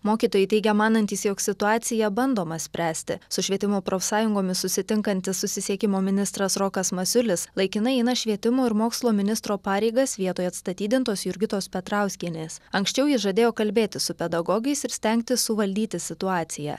mokytojai teigia manantys jog situaciją bandoma spręsti su švietimo profsąjungomis susitinkantis susisiekimo ministras rokas masiulis laikinai eina švietimo ir mokslo ministro pareigas vietoj atstatydintos jurgitos petrauskienės anksčiau jis žadėjo kalbėtis su pedagogais ir stengtis suvaldyti situaciją